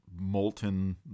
Molten